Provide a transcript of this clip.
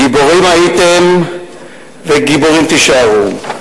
גיבורים הייתם וגיבורים תישארו.